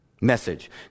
Message